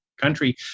country